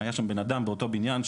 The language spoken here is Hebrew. היה שם בן אדם באותו בניין,